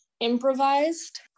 improvised